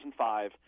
2005